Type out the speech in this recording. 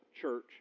Church